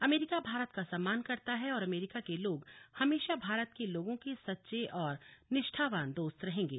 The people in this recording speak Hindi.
अमेरिका भारत का सम्मान करता है और अमेरीका के लोग हमेशा भारत के लोगों के सच्चे और निष्ठावान दोस्त रहेंगे